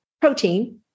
protein